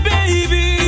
Baby